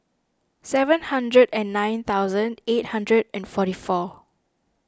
seven hundred and nine thousand eight hundred and forty four